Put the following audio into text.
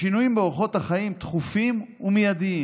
השינויים באורחות החיים תכופים ומיידיים.